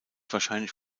wahrscheinlich